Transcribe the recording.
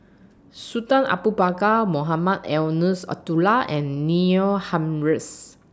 Sultan Abu Bakar Mohamed Eunos Abdullah and Neil Humphreys